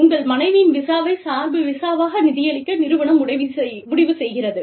உங்கள் மனைவியின் விசாவை சார்பு விசாவாக நிதியளிக்க நிறுவனம் முடிவு செய்கிறது